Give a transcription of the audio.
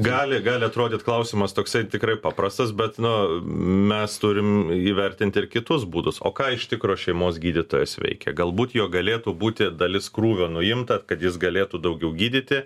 gali gali atrodyt klausimas toksai tikrai paprastas bet na mes turim įvertinti ir kitus būdus o ką iš tikro šeimos gydytojas veikia galbūt jo galėtų būti dalis krūvio nuimta kad jis galėtų daugiau gydyti